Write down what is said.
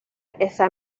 esa